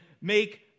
make